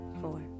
four